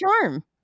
charm